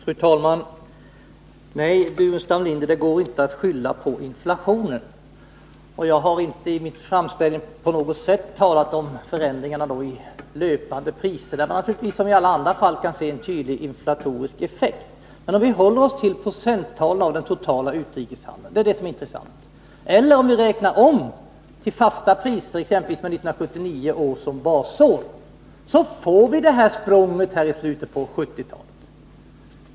Fru talman! Nej, Staffan Burenstam Linder, det går inte att skylla på inflationen. Jag har i min framställning inte på något sätt talat om förändringar i löpande priser. Man kan naturligtvis här liksom i alla andra fall se en tydlig inflatorisk effekt. Men om vi håller oss till vapenexportens procentandel av den totala utrikeshandeln — det är det som är intressant — eller om den räknas om till fasta priser med exempelvis 1979 som basår, så får vi detta språng i slutet av 1970-talet.